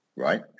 Right